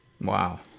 Wow